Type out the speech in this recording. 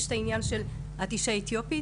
יש את העניין של את אישה אתיופית,